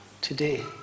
today